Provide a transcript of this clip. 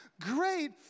Great